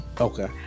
Okay